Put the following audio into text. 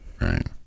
right